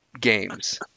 games